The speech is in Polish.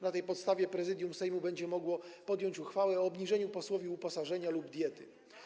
Na tej podstawie Prezydium Sejmu będzie mogło podjąć uchwałę o obniżeniu posłowi uposażenia lub diety.